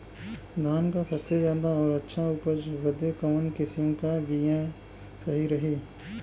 धान क सबसे ज्यादा और अच्छा उपज बदे कवन किसीम क बिया सही रही?